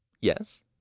Yes